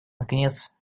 наконец